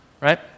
right